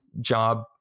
job